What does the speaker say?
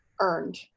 earned